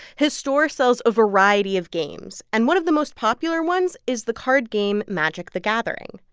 his store sells a variety of games, and one of the most popular ones is the card game magic the gathering.